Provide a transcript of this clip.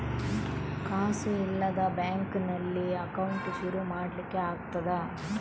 ಕಾಸು ಇಲ್ಲದ ಬ್ಯಾಂಕ್ ನಲ್ಲಿ ಅಕೌಂಟ್ ಶುರು ಮಾಡ್ಲಿಕ್ಕೆ ಆಗ್ತದಾ?